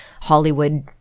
Hollywood